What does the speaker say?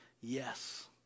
yes